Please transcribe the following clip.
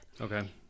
Okay